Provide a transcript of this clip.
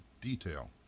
detail